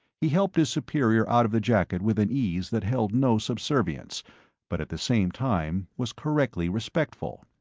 he helped his superior out of the jacket with an ease that held no subservience but at the same time was correctly respectful.